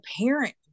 parent